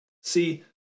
See